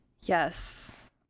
Yes